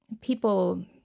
people